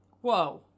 Whoa